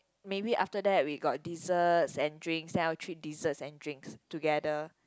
maybe after that we got desserts and drinks then I'll treat desserts and drinks together